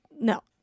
No